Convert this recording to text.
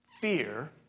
fear